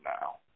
now